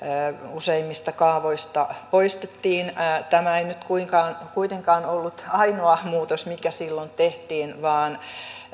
useimmista kaavoista poistettiin tämä ei nyt kuitenkaan ollut ainoa muutos mikä silloin tehtiin vaan